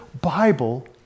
Bible